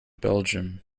belgium